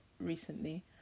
recently